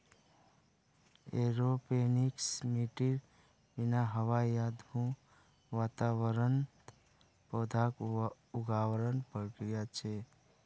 aeroponics मिट्टीर बिना हवा या धुंध वातावरणत पौधाक उगावार प्रक्रिया छे